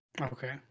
Okay